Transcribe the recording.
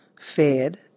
fed